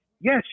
yes